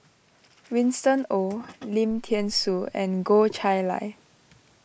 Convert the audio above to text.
Winston Oh Lim thean Soo and Goh Chiew Lye